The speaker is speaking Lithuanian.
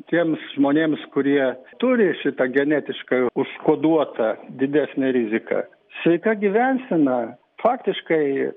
tiems žmonėms kurie turi šitą genetišką užkoduotą didesnę riziką sveika gyvensena faktiškai